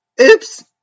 Oops